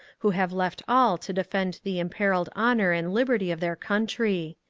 who have left all to defend the imperilled honour and liberty of their country!